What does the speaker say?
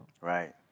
Right